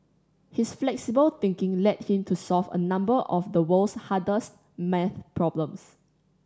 his flexible thinking led him to solve a number of the world's hardest maths problems